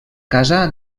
casa